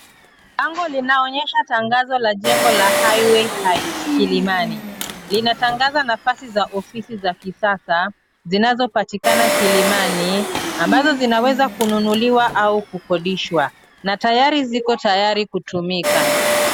Anga linaonyesha tangazo la jengo la Highway Heights Kilimani. Linatangaza nafasi za ofisi za kisasa zinazopatikana Kilimani, ambazo zinaweza kununuliwa au kukodishwa na tayari ziko tayari kutumika.